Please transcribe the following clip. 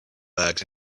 bags